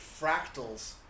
fractals